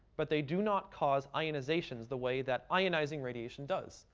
but they do not cause ionizations the way that ionizing radiation does.